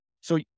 So-